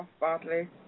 badly